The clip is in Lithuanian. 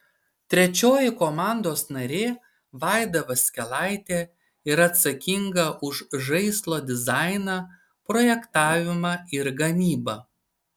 trečioji komandos narė vaida vaskelaitė yra atsakinga už žaislo dizainą projektavimą ir gamybą